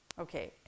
Okay